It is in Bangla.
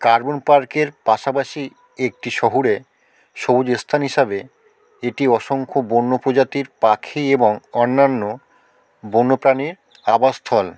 কাব্বন পার্কের পাশাপাশি একটি শহুরে সবুজ স্থান হিসাবে এটি অসংখ্য বন্য প্রজাতির পাখি এবং অন্যান্য বন্যপ্রাণীর আবাসস্থল